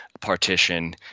partition